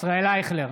ישראל אייכלר,